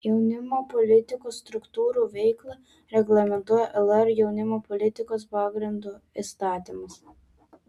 jaunimo politikos struktūrų veiklą reglamentuoja lr jaunimo politikos pagrindų įstatymas